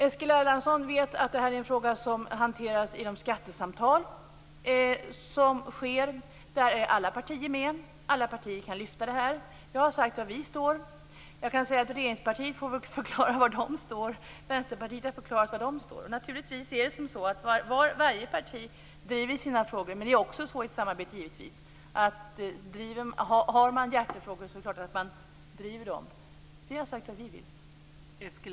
Eskil Erlandsson vet att det här är en fråga som hanteras i de skattesamtal som sker. Där är alla partier med, och alla partier kan ta upp det här. Jag har sagt var vi står. Regeringspartiet får väl förklara var man står. Vänsterpartiet har förklarat var Vänsterpartiet står. Naturligtvis driver varje parti sina frågor. Men i ett samarbete är det givetvis också så att har man hjärtefrågor så driver man dem. Vi har sagt vad vi vill.